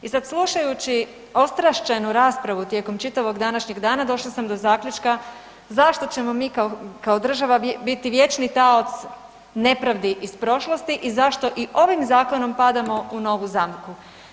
I sad slušajući ostrašćenu raspravu tijekom čitavog današnje dana, došla sam do zaključka zašto ćemo mi kao država biti vječni taoc nepravdi iz prošlosti i zašto i ovim zakonom padamo u novu zamku.